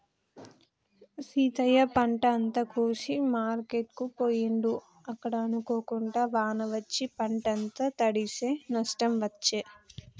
సీతయ్య పంట అంత కోసి మార్కెట్ కు పోయిండు అక్కడ అనుకోకుండా వాన వచ్చి పంట అంత తడిశె నష్టం వచ్చే